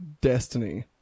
destiny